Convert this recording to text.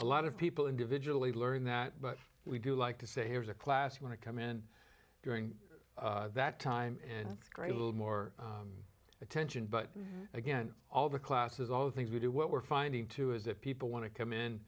a lot of people individually learn that but we do like to say here's a class when i come in during that time and great a little more attention but again all the classes all the things we do what we're finding too is that people want to come in